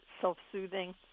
self-soothing